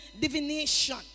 divination